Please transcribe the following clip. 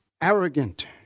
arrogant